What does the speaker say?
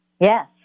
Yes